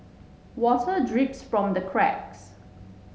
water drips from the cracks